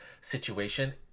situation